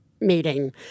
meeting